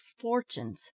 fortunes